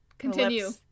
continue